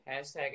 Hashtag